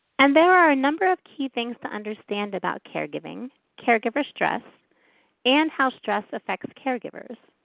and there are a number of key things to understand about caregiving, caregiver stress and how stress affects caregivers.